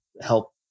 help